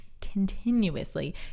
continuously